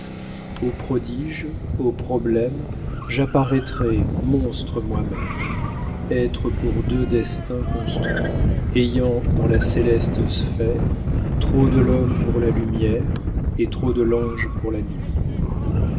au prodige au problème j'apparaîtrai monstre moi-même être pour deux destins construit ayant dans la céleste sphère trop de l'homme pour la lumière et trop de l'ange pour la nuit